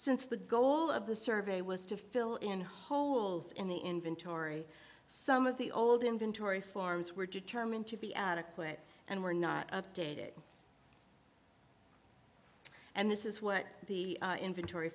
since the goal of the survey was to fill in holes in the inventory some of the old inventory forms were determined to be adequate and were not updated and this is what the inventory